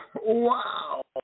Wow